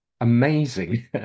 amazing